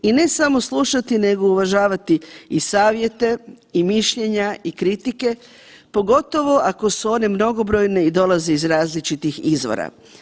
I ne samo slušati nego uvažavati i savjete i mišljenja i kritike, pogotovo ako su one mnogobrojne i dolaze iz različitih izvora.